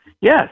Yes